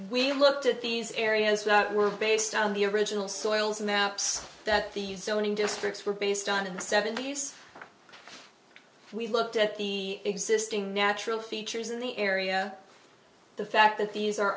we looked at these areas were based on the original soils maps that the zoning districts were based on in the seventy's we looked at the existing natural features in the area the fact that these are